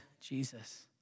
Jesus